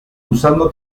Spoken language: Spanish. usando